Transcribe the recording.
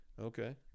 Okay